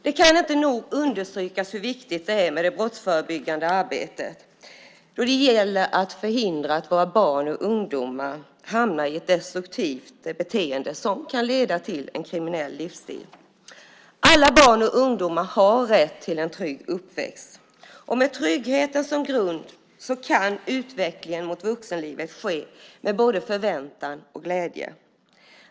Det kan inte nog understrykas hur viktigt det är med det brottsförebyggande arbetet, då det gäller att förhindra att våra barn och ungdomar hamnar i ett destruktivt beteende som kan leda till en kriminell livsstil. Alla barn och ungdomar har rätt till en trygg uppväxt. Med tryggheten som grund kan utvecklingen mot vuxenlivet ske med både förväntan och glädje.